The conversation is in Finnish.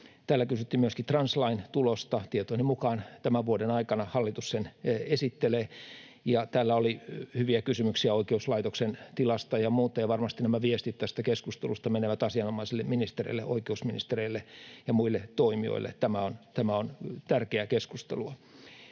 Täällä kysyttiin myöskin translain tulosta. Tietojeni mukaan tämän vuoden aikana hallitus sen esittelee. Täällä oli hyviä kysymyksiä oikeuslaitoksen tilasta ja muusta, ja varmasti nämä viestit tästä keskustelusta menevät asianomaisille ministereille, oikeusministerille ja muille toimijoille. Tämä on tärkeää keskustelua.